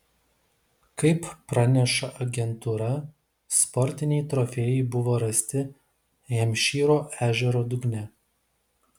kaip praneša agentūra sportiniai trofėjai buvo rasti hempšyro ežero dugne